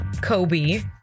Kobe